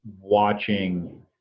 watching